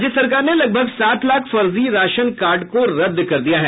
राज्य सरकार ने लगभग सात लाख फर्जी राशन कार्ड को रद्द कर दिया है